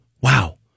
Wow